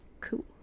Cool